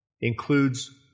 includes